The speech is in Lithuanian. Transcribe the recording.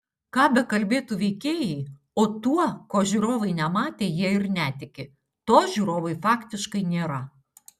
ką bekalbėtų veikėjai o tuo ko žiūrovai nematė jie ir netiki to žiūrovui faktiškai nėra